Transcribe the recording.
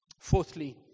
Fourthly